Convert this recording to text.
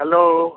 hello